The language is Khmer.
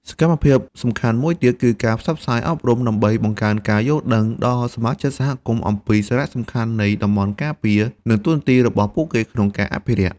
សកម្មភាពសំខាន់មួយទៀត គឺការផ្សព្វផ្សាយ ការអប់រំ ដើម្បីបង្កើនការយល់ដឹងដល់សមាជិកសហគមន៍អំពីសារៈសំខាន់នៃតំបន់ការពារ និងតួនាទីរបស់ពួកគេក្នុងការអភិរក្ស។